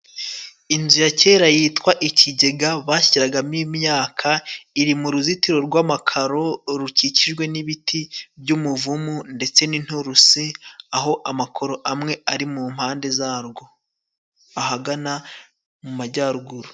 Inzu ya kera yitwa ikigega, bashyiragamo imyaka iri mu ruzitiro rw'amakaro, rukikijwe n'ibiti by'umuvumu ndetse n'inturusi, aho amakoro amwe ari mu mpande zarwo. Ahagana mu majyaruguru.